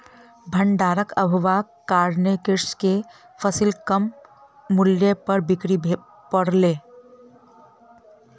भण्डारक अभावक कारणेँ कृषक के फसिल कम मूल्य पर बिक्री कर पड़लै